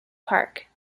park